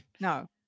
No